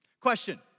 Question